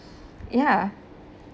ya